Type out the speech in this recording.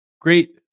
Great